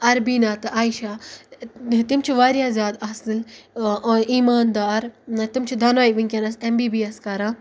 اَربیٖنا تہٕ عایشہ تِم چھِ واریاہ زیادٕ اَصٕل ایٖماندار نہ تٕم چھِ دوٚنوَے وٕنۍکٮ۪نَس اٮ۪م بی بی اٮ۪س کَران